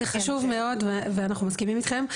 חד משמעית זה חשוב מאוד ואנחנו מסכימים איתכם,